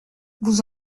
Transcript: vous